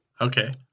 Okay